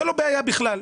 זאת לא בעיה בכלל.